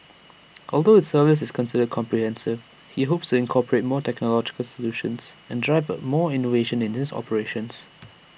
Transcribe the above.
although his service is considered comprehensive he hopes incorporate more technological solutions and drive more innovation in his operations